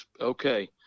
okay